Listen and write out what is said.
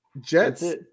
Jets